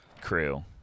crew